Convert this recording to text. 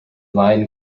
line